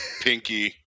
Pinky